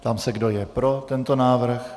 Ptám se, kdo je pro tento návrh.